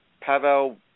Pavel